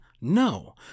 No